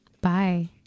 Bye